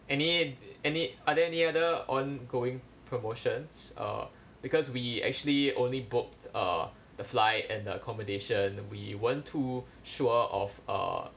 any ot~ any other any other ongoing promotions uh because we actually only booked uh the flight and the accommodation we weren't too sure of uh